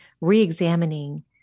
re-examining